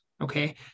Okay